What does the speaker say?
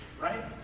right